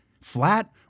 flat